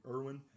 Irwin